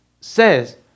says